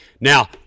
Now